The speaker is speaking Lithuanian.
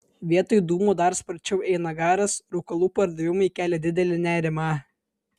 vietoj dūmo dar sparčiau eina garas rūkalų pardavimai kelia didelį nerimą